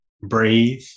breathe